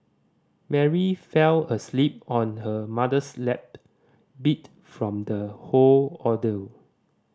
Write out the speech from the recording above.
Mary fell asleep on her mother's lap beat from the whole ordeal